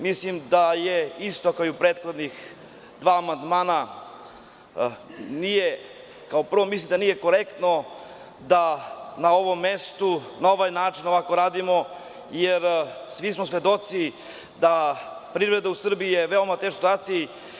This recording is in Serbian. Mislim da je isto kao i u prethodna dva amandmana, kao prvo mislim da nije korektno da na ovom mestu na ovaj način ovako radimo, jer svi smo svedoci da privreda u Srbiji je u veoma teškoj situaciji.